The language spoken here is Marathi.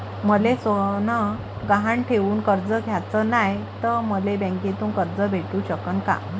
मले सोनं गहान ठेवून कर्ज घ्याचं नाय, त मले बँकेमधून कर्ज भेटू शकन का?